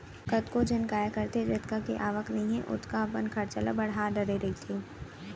कतको झन काय करथे जतका के आवक नइ हे ओतका अपन खरचा ल बड़हा डरे रहिथे